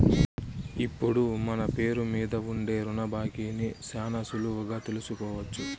ఇప్పుడు మన పేరు మీద ఉండే రుణ బాకీని శానా సులువుగా తెలుసుకోవచ్చు